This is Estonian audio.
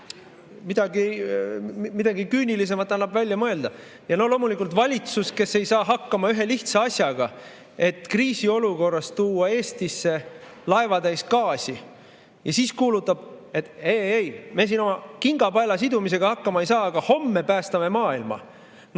midagi küünilisemat annab välja mõelda. Ja loomulikult valitsus, kes ei saa hakkama ühe lihtsa asjaga, et kriisiolukorras tuua Eestisse laevatäis gaasi, siis kuulutab: ei-ei, me siin oma kingapaela sidumisega hakkama ei saa, aga homme päästame maailma. No